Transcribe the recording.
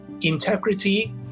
integrity